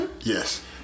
Yes